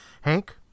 Hank